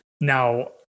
Now